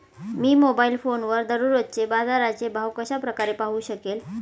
मी mobile फोनवर दररोजचे बाजाराचे भाव कशा प्रकारे पाहू शकेल?